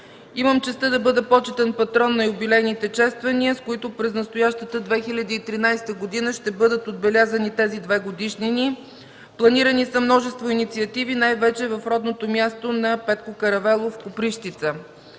имам честта да бъда почетен патрон на юбилейните чествания, с които през настоящата 2013 г., ще бъдат отбелязани тези две годишнини. Планирани са множество инициативи, най-вече в родното място на Петко Каравелов, Копривщица.